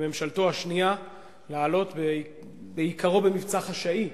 בממשלתו השנייה, להעלות, במבצע חשאי בעיקרו,